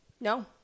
No